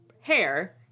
hair